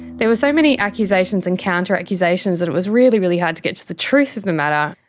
there were so many accusations and counter accusations that it was really, really hard to get to the truth of the matter.